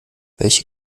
welche